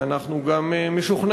ואנחנו גם משוכנעים,